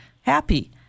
happy